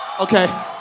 Okay